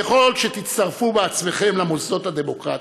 ככל שתצטרפו בעצמכם למוסדות הדמוקרטיים,